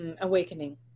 awakening